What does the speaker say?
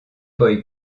boy